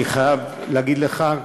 אני חייב להגיד לך,